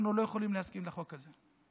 אנחנו לא יכולים להסכים לחוק הזה.